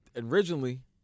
Originally